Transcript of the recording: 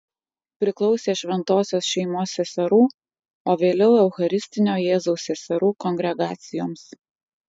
priklausė šventosios šeimos seserų o vėliau eucharistinio jėzaus seserų kongregacijoms